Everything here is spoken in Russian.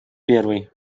первый